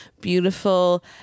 beautiful